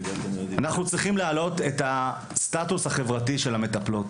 אנחנו צריכים להעלות את הסטטוס החברתי של המטפלות.